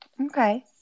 Okay